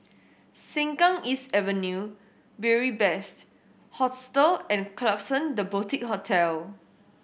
Sengkang East Avenue Beary Best Hostel and Klapsons The Boutique Hotel